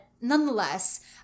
nonetheless